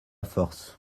force